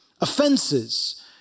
offenses